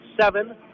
seven